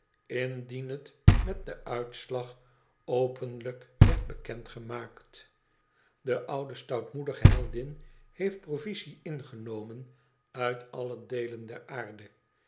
indien het met den uitslag openlijk wierd bekend gemaakt de oude stoutmoedige heldin heeft provisie ingemen uit alle deelen der aarde